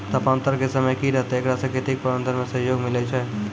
तापान्तर के समय की रहतै एकरा से खेती के प्रबंधन मे सहयोग मिलैय छैय?